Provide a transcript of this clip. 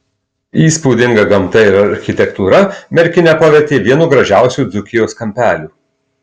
įspūdinga gamta ir architektūra merkinę pavertė vienu gražiausių dzūkijos kampelių